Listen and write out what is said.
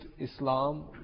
Islam